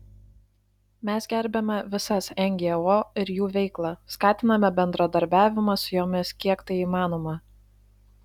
mes gerbiame visas ngo ir jų veiklą skatiname bendradarbiavimą su jomis kiek tai įmanoma